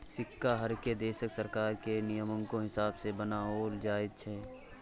सिक्का हरेक देशक सरकार केर नियमकेँ हिसाब सँ बनाओल जाइत छै